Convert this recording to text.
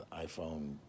iPhone